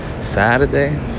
saturday